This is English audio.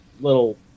little